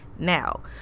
now